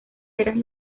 eran